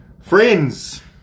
Friends